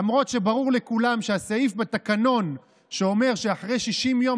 למרות שברור לכולם שהסעיף בתקנון שאומר שאחרי 60 יום